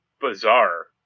bizarre